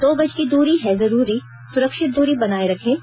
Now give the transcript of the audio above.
दो गज की दूरी है जरूरी सुरक्षित दूरी बनाए रखें